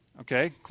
Okay